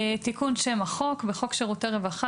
"תיקון שם החוק 1. בחוק שירותי רווחה